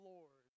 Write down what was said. Lord